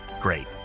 Great